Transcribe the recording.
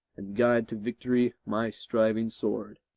and guide to victory my striving sword.